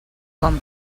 com